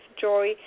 joy